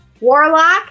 Warlock